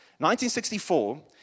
1964